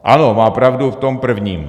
Ano, má pravdu v tom prvním.